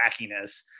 wackiness